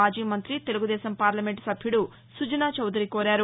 మాజీ మంతి తెలుగుదేశం పార్లమెంటు సభ్యుడు సుజనా చౌదరి కోరారు